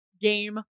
game